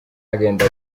agahinda